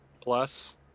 Plus